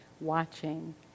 watching